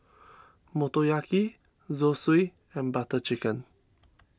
Motoyaki Zosui and Butter Chicken